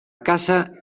caça